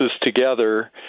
together